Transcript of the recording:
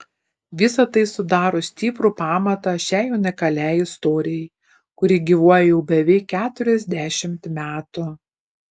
visa tai sudaro stiprų pamatą šiai unikaliai istorijai kuri gyvuoja jau beveik keturiasdešimt metų